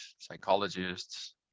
psychologists